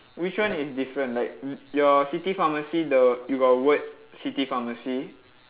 which one is different like y~ your city pharmacy the you got word city pharmacy